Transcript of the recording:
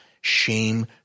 shame